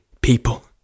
people